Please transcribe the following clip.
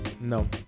No